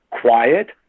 quiet